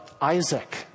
Isaac